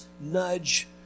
nudge